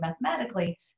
mathematically